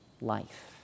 life